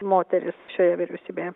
moteris šioje vyriausybėje